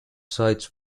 sides